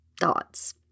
thoughts